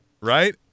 Right